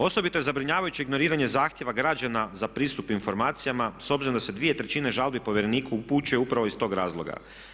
Osobito je zabrinjavajuće ignoriranje zahtjeva građana za pristup informacijama s obzirom da se dvije trećine žalbi povjereniku upućuje upravo iz tog razloga.